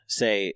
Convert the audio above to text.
say